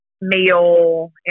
meal